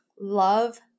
love